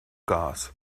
gas